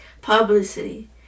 Publicity